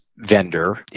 Vendor